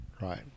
Right